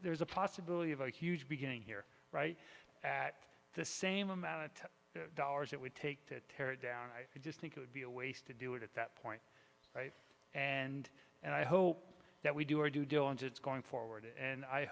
there's a possibility of a huge beginning here right at the same amount of time dollars it would take to tear it down i just think it would be a waste to do it at that point right and and i hope that we do our due diligence going forward and i